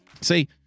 See